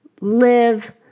live